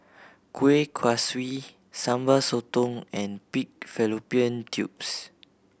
Kuih Kaswi Sambal Sotong and pig fallopian tubes